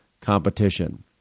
competition